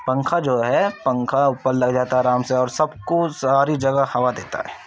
پنکھا جو ہے پنکھا اوپر لگ جاتا ہے آرام سے اور سب کو ساری جگہ ہوا دیتا ہے